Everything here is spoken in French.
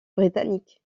britannique